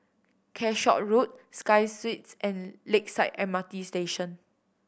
Calshot Road Sky Suites and Lakeside M R T Station